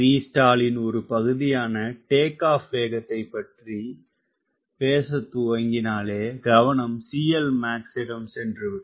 𝑉stall இன் ஒரு பகுதியான டேக் ஆப் வேகத்தைப் பற்றி பேசத்துவங்கினாலே கவனம் CLmax டம் சென்றுவிடும்